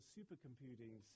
Supercomputing